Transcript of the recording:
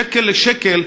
שקל לשקל,